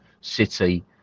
City